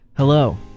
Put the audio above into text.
Hello